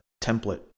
template